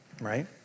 right